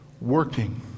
working